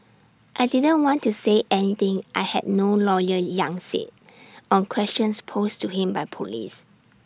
I didn't want to say anything I had no lawyer yang said on questions posed to him by Police